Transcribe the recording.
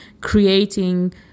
creating